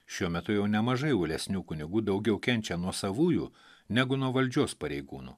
šiuo metu jau nemažai uolesnių kunigų daugiau kenčia nuo savųjų negu nuo valdžios pareigūnų